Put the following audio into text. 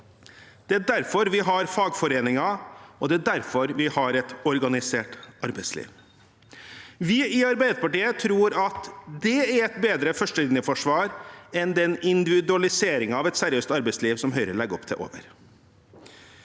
Det er derfor vi har fagforeninger, og det er derfor vi har et organisert arbeidsliv. Vi i Arbeiderpartiet tror at det er et bedre førstelinjeforsvar enn den individualiseringen av et seriøst arbeidsliv Høyre legger opp til.